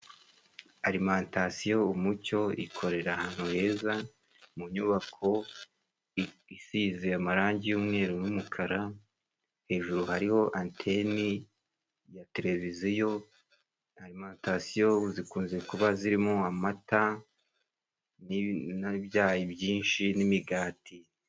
Alimantasiyo Umucyo ikorera ahantu heza, mu nyubako isize amarangi y'umweru n'umukara, hejuru hariho anteni ya televiziyo. Alimantasiyo zikunze kuba zirimo amata n'ibyayi byinshi n'imigati.